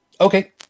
Okay